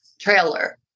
trailer